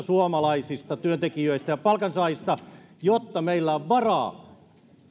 suomalaisista työntekijöistä ja palkansaajista jotta meillä on varaa